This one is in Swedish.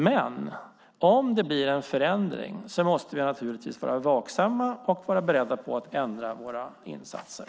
Men om det blir en förändring måste vi naturligtvis vara vaksamma och beredda på att ändra våra insatser.